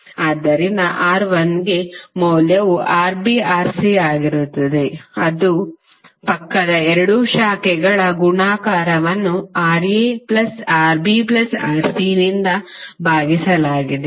ಆದ್ದರಿಂದ R1 ಗೆ ಮೌಲ್ಯವು RbRc ಆಗಿರುತ್ತದೆ ಅದು ಪಕ್ಕದ 2 ಶಾಖೆಗಳ ಗುಣಾಕಾರವನ್ನು RaRbRc ನಿಂದ ಭಾಗಿಸಲಾಗಿದೆ